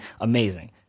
amazing